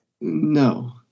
No